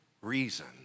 reason